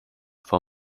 for